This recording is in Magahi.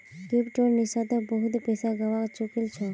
क्रिप्टोत निशांत बहुत पैसा गवा चुकील छ